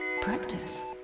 Practice